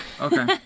Okay